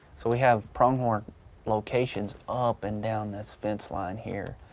so we have pronghorn locations up and down this fence line here.